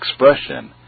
expression